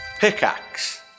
Pickaxe